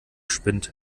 spinnt